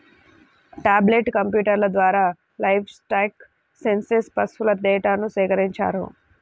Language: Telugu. టాబ్లెట్ కంప్యూటర్ల ద్వారా లైవ్స్టాక్ సెన్సస్ పశువుల డేటాను సేకరించారు